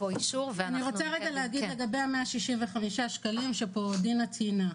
אני רוצה רק להגיב לגבי ה-165 שקלים שדינה ציינה פה.